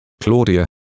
Claudia